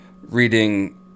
reading